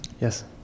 Yes